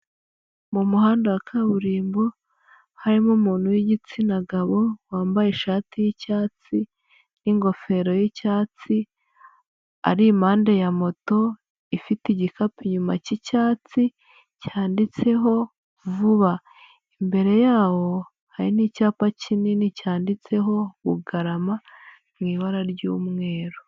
Mu muhanda wa kaburimbo harimo umuntu w'igitsina gabo wambaye ishati y'icyatsi n'ingofero y'icyatsi, ari impande ya moto ifite igikapu inyuma cy'icyatsi cyanditseho vuba, imbere yawo hari n'icyapa kinini cyanditseho Bugarama mu ibara ry'umweru.